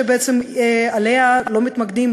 שבעצם בה לא מתמקדים,